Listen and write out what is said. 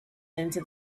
into